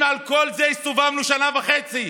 אם על כל זה הסתובבנו שנה וחצי,